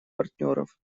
партнеров